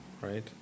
right